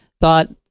thought